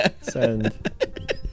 Send